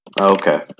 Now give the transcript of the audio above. Okay